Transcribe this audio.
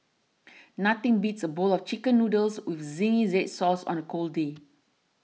nothing beats a bowl of Chicken Noodles with Zingy Red Sauce on a cold day